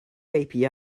api